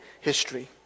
history